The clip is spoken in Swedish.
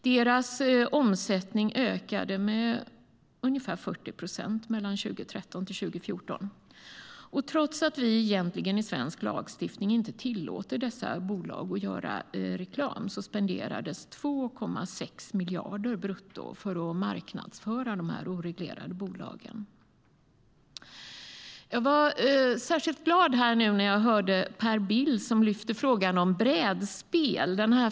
Deras omsättning ökade med ungefär 40 procent mellan 2013 och 2014. Trots att vi i svensk lagstiftning egentligen inte tillåter dessa bolag att göra reklam spenderades 2,6 miljarder brutto för att marknadsföra dessa oreglerade bolag. Jag var särskilt glad när jag hörde Per Bill lyfta frågan om brädspel.